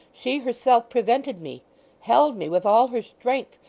she herself prevented me held me, with all her strength,